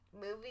movie